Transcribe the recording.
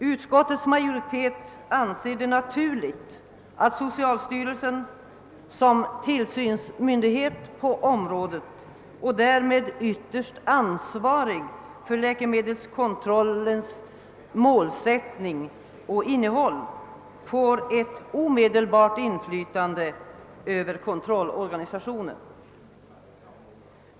Utskottets majoritet anser det naturligt att socialstyrelsen som tillsynsmyndighet på området — och därmed ytterst ansvarig för läkemedelskontrollens målsättning och innehåll — får ett direkt inflytande över kontrollorganisationen.